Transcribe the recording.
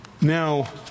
Now